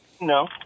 No